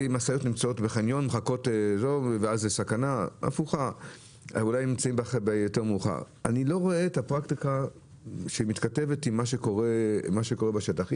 אני לא רואה את הפרקטיקה שמתכתבת עם מה שקורה בשטח.